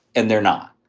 and they're not.